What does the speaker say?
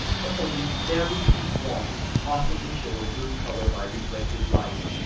for only very deep water can possibly show a blue colour by reflected light,